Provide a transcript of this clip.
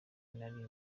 nari